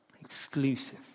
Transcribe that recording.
Exclusive